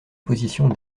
position